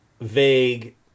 vague